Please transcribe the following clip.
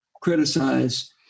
criticize